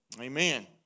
Amen